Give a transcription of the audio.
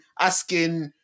asking